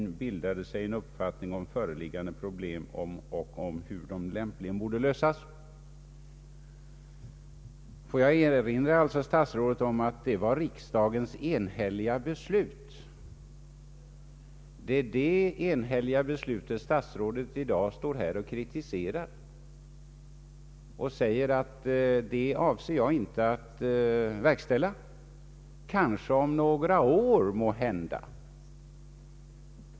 ökat stöd till vuxenutbildningen sig en uppfattning om föreliggande problem och om hur de lämpligen borde lösas.” Låt mig erinra statsrådet om att detta alltså var riksdagens enhälliga beslut. Det är detta enhälliga beslut som statsrådet i dag står här och kritiserar och säger sig inte avse att verkställa, förrän kanske om några år.